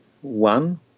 one